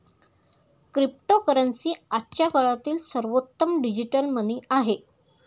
cryptocurrency आजच्या काळातील सर्वोत्तम डिजिटल मनी आहे